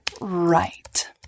Right